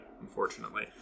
unfortunately